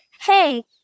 hey